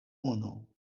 unu